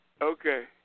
Okay